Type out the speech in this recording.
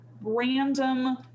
random